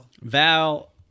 Val